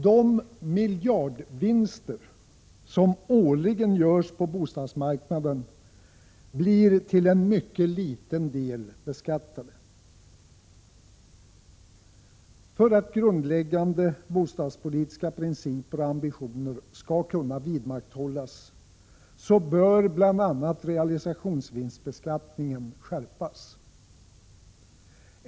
De miljardvinster som årligen görs på bostadsmarknaden beskattas till mycket liten del. För att grundläggande bostadspolitiska principer och ambitioner skall kunna vidmakthållas bör bl.a. realisationsvinstsbeskattningen skärpas.